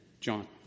John